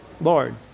Lord